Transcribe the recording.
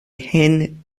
hen